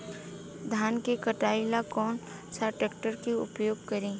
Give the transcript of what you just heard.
धान के कटाई ला कौन सा ट्रैक्टर के उपयोग करी?